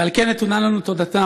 ועל כן נתונה להם תודתנו.